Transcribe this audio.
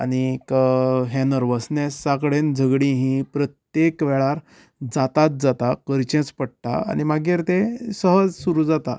आनी हें नर्वसनेसा कडेन झगडीं ही प्रत्येक वेळा जाताच जाता करचेंच पडटा आनी मागीर तें सहज सुरू जाता